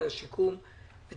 אני